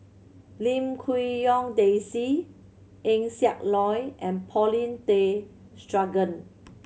Lim Quee Hong Daisy Eng Siak Loy and Paulin Tay Straughan